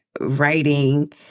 writing